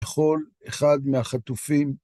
בכל אחד מהחטופים.